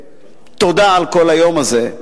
תודה על כל היום הזה,